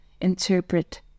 interpret